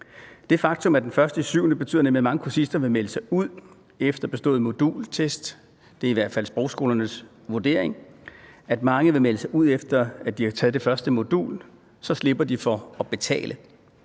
Det faktum, at det er den 1. juli, betyder nemlig, at mange kursister vil melde sig ud efter bestået modultest; det er i hvert fald sprogskolernes vurdering, at mange vil melde sig ud, efter at de har taget det første modul, for så slipper de for at betale.